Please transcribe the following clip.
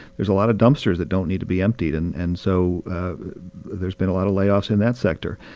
there's a lot of dumpsters that don't need to be emptied. and and so there's been a lot of layoffs in that sector.